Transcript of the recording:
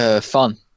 Fun